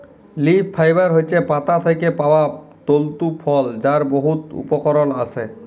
leaf fibre হছে পাতা থ্যাকে পাউয়া তলতু ফল যার বহুত উপকরল আসে